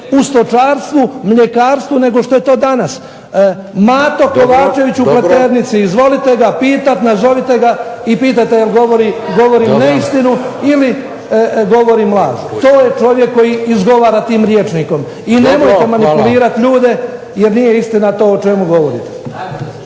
u stočarstvu, mljekarstvu, nego što je to danas. Mato Kovačević u Pleternici, izvolite ga pitati, nazovite ga i pitajte je li govorim neistinu, ili govorim laž. To je čovjek koji izgovara tim rječnikom. I nemojte manipulirati ljude jer nije istina to o čemu govorite.